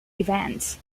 events